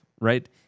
right